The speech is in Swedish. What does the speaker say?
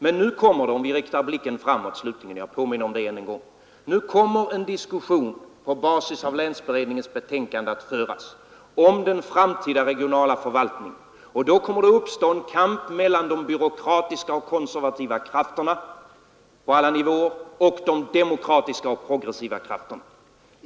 Men nu kommer det — jag påminner om det ännu en gång — att föras en diskussion på basis av länsberedningens betänkande om den framtida regionala förvaltningen, och då kommer det ju att uppstå en kamp mellan de byråkratiska och konservativa krafterna på alla nivåer och de demokratiska och progressiva krafterna.